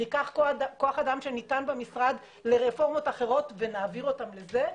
שניקח כוח אדם שניתן למשרד לרפורמות אחרות ונעביר אותם לזה?